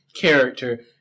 character